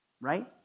right